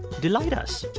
delight us?